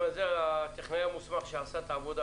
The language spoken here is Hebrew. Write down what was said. אם הטכנאי המוסמך שעשה את העבודה,